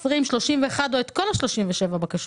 20, 31 או את כל 37 הבקשות,